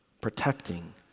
protecting